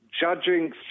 judging